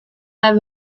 wer